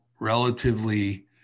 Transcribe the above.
relatively